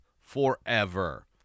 forever